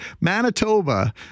Manitoba